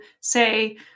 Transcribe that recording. say